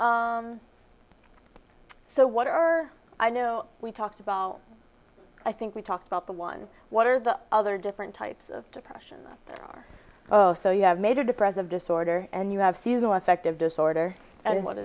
so what are i know we talked about i think we talked about the one what are the other different types of depression are oh so you have major depressive disorder and you have seasonal affective disorder